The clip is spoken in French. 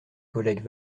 collègues